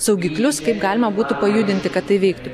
saugiklius kaip galima būtų pajudinti kad tai veiktų